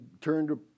turned